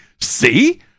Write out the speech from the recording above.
See